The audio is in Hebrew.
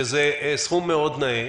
שזה סכום מאוד נאה,